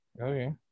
Okay